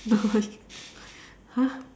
no she !huh!